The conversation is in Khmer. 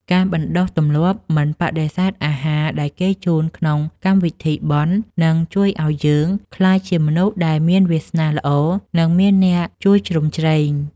ការបណ្តុះទម្លាប់មិនបដិសេធអាហារដែលគេជូនក្នុងកម្មវិធីបុណ្យនឹងជួយឱ្យយើងក្លាយជាមនុស្សដែលមានវាសនាល្អ និងមានអ្នកជួយជ្រោមជ្រែង។